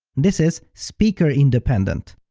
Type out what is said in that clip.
this is speaker-independent,